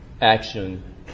action